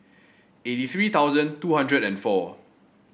eighty three thousand two hundred and four